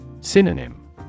Synonym